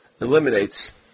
eliminates